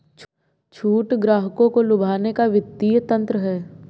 छूट ग्राहकों को लुभाने का वित्तीय तंत्र है